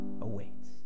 awaits